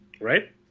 Right